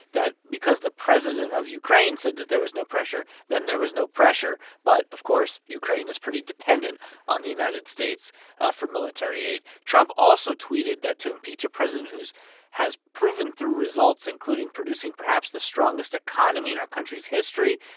that because the president of ukraine said that there was no pressure, then there was no pressure. but, of course, ukraine is pretty dependent on the united states ah for military aid trump also tweeted that, to impeach a president who has proven through results, including producing perhaps the strongest economy in our country's history,